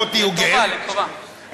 מוטי יוגב,